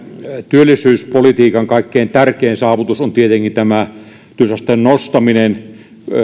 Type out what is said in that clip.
työllisyyspolitiikan kaikkein tärkein saavutus on tietenkin työllisyysasteen nostaminen